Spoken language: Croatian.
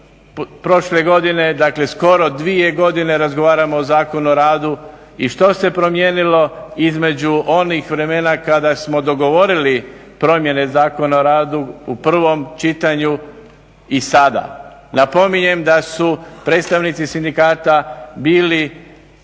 prošle godine, dakle skoro 2 godine razgovaramo o Zakonu o rad. I što se promijenilo između onih vremena kada smo dogovorili promjene Zakona o radu u prvom čitanju i sada? Napominjem da su predstavnici sindikata bili